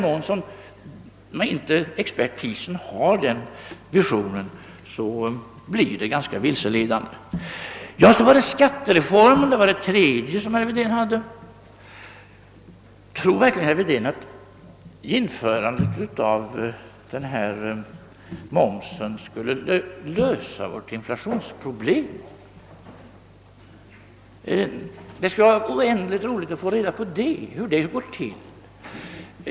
I den mån expertisen inte har den visionen blir prognosen vilseledande. Skattereformen var det tredje som herr Wedén tog upp. Tror verkligen herr Wedén att införandet av momsen skulle lösa vårt inflationsproblem? Det skulle vara oändligt roligt att få reda på hur det skulle gå till!